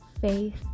faith